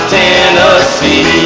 Tennessee